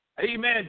amen